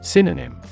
Synonym